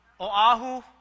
Oahu